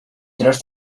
tres